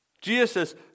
Jesus